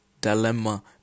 dilemma